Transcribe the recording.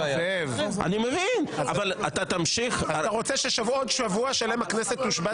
אתה רוצה שעוד שבוע שלם הכנסת תושבת?